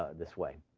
ah this way.